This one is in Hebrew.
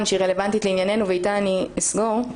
שהיא רלוונטית לענייננו ואיתה אני אסגור.